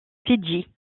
fidji